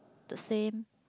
the same